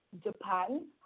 Japan